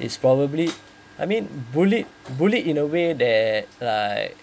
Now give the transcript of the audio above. it's probably I mean bullied bullied in a way they're like